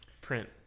Print